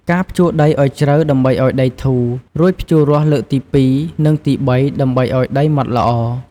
ការភ្ជួរដីឱ្យជ្រៅដើម្បីឱ្យដីធូរ រួចភ្ជួររាស់លើកទីពីរ និងទីបី ដើម្បីឱ្យដីម៉ដ្ឋល្អ។